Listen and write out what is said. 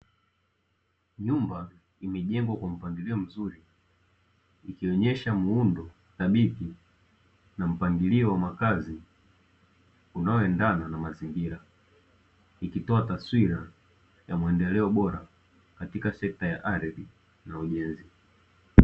Nyumba imejengwa kwa mpangilio mzuri ikionyesha muundo thabiti na mpangilio wa makazi unaoendana na mazingira, ikitoa taswira ya maendeleo bora katika sekta ya ardhi na ujenzi.